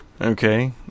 Okay